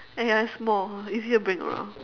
and ya it's small easier to bring around